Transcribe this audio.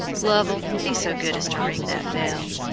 lovell, be so good as to ring that bell.